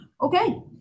Okay